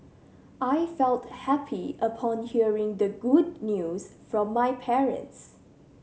I felt happy upon hearing the good news from my parents